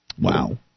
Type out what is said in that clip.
wow